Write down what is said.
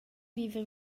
viver